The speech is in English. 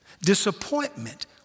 Disappointment